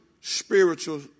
spiritual